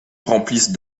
remplissent